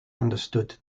understood